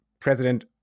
president